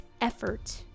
effort